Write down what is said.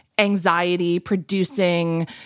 anxiety-producing